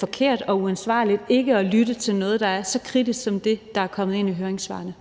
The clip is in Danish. forkert og uansvarligt ikke at lytte til noget, der er så kritisk som det, der er kommet ind i høringssvarene.